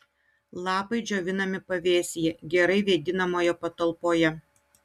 lapai džiovinami pavėsyje gerai vėdinamoje patalpoje